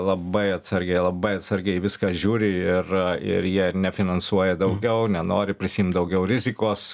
labai atsargiai labai atsargiai į viską žiūri ir ir jie ir nefinansuoja daugiau nenori prisiimt daugiau rizikos